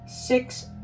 six